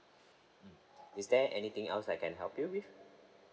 mm is there anything else I can help you with